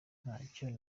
ntacyo